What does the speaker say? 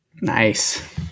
nice